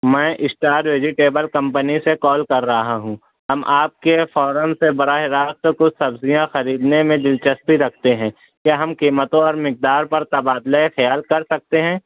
میں star vegetable company سے call کر رہا ہوں ہم آپ کے فارم سے براہ راست کچھ سبزیاں خریدنے میں دلچسپی رکھتے ہیں کیا ہم قیمتوں اور مقدار پر تبادلۂ خیال کر سکتے ہیں